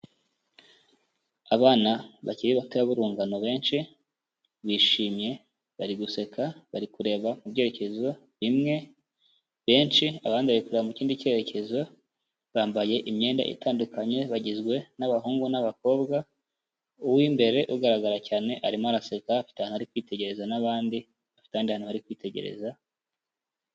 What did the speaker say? Abana bakiri batoya b'urungano benshi, bishimye bari guseka, bari kureba mu byerekezo bimwe benshi, abandi bari kureba mu kindi cyerekezo bambaye imyenda itandukanye, bagizwe n'abahungu n'abakobwa, uw'imbere ugaragara cyane arimo araseka, afite ahantu ari kwitegereza n'abandi bafite ahandi hantu bari kwitegereza.